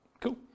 Cool